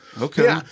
Okay